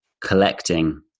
collecting